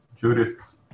Judith